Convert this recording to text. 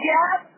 Yes